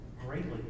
greatly